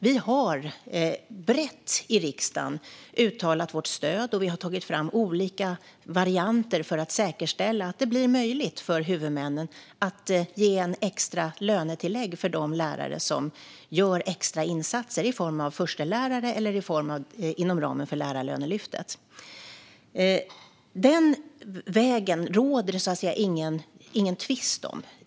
Vi har brett i riksdagen uttalat vårt stöd, och vi har tagit fram olika varianter för att säkerställa att det blir möjligt för huvudmännen att ge ett extra lönetillägg för de lärare som gör extra insatser som förstelärare eller inom ramen för lärarlönelyftet. Den vägen råder det ingen tvist om.